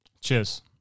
Cheers